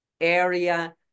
area